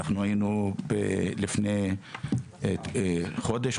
אנחנו היינו לפני חודש,